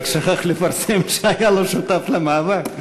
רק שכח לפרסם שהיה לו שותף למאבק.